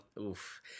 Oof